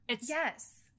Yes